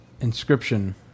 inscription